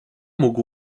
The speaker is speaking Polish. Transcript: mógł